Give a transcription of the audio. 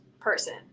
person